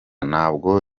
ntabwo